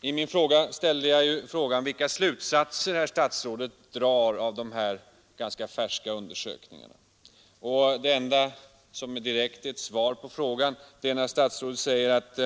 I min fråga efterlyste jag ju vilka slutsatser herr statsrådet drar av de här ganska färska undersökningarna. Det enda som direkt är ett svar på frågan är det avsnitt där statsrådet säger att